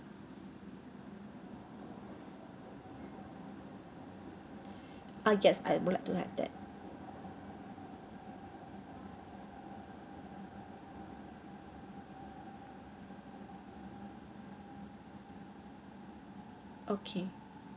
I guess I would like to have that okay